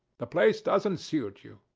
the place doesn't suit you.